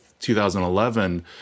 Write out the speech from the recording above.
2011